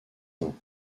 temps